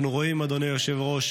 אנחנו רואים, אדוני היושב-ראש,